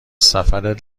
سفرت